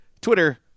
Twitter